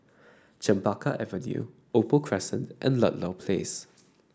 Chempaka Avenue Opal Crescent and Ludlow Place